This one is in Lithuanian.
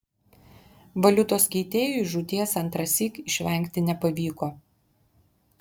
valiutos keitėjui žūties antrąsyk išvengti nepavyko